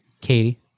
Katie